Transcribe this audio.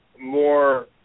more